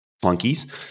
flunkies